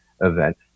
event